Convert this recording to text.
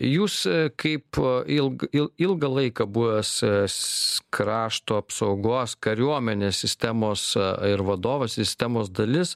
jūs kaip ilg ilgą laiką buvęs krašto apsaugos kariuomenės sistemos ir vadovas ir sistemos dalis